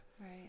Right